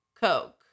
Coke